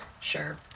Sure